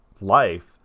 life